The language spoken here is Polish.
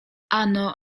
ano